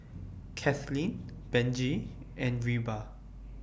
Kathlene Benji and Reba